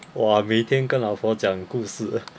!wah! 每天跟老婆讲故事